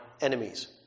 enemies